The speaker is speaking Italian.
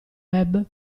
web